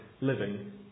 living